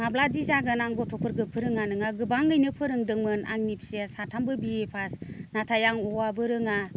माब्लादि जागोन आं गथ'फोरखो फोरोङा नङा गोबाङैनो फोरोंदोंमोन आंनि फिसाया साथामबो बि ए पास नाथाय आं अ आबो रोङा